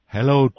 Hello